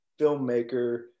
filmmaker